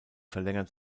verlängert